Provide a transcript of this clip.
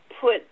put